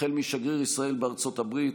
משגריר ישראל בארצות הברית,